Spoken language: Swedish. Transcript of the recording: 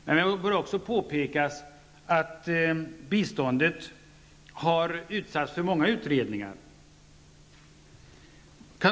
Det bör också påpekas att biståndet har utsatts för många utredningar.